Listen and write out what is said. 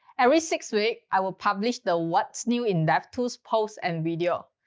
every six weeks, i will publish the what's new in devtools posts and video.